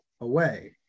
away